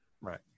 Right